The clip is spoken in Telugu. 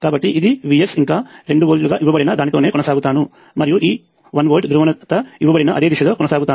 కాబట్టి ఇది Vx ఇప్పుడు ఇంకా 2 వోల్ట్లుగా ఇవ్వబడిన దానితోనే కొనసాగుతాను మరియు ఈ 1 వోల్ట్ ధ్రువణత ఇవ్వబడిన అదే దిశలో కొనసాగుతాను